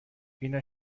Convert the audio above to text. اینا